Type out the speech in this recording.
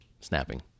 snapping